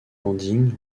landing